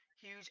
huge